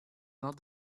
not